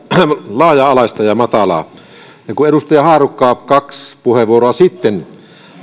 laaja alaista ja matalaa kun edustaja haarukka kaksi puheenvuoroa sitten